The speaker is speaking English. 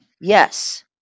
Yes